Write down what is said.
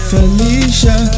Felicia